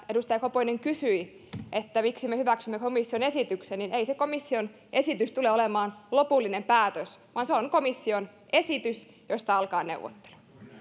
edustaja koponen kysyi miksi me hyväksymme komission esityksen ei se komission esitys tule olemaan lopullinen päätös vaan se on komission esitys josta alkaa neuvottelu